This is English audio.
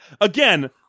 Again